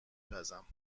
پزم